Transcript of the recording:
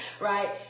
right